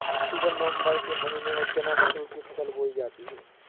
अक्टूबर नवम्बर के महीना में चना मसूर की फसल बोई जाती है?